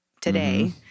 today